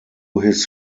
his